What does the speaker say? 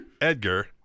Edgar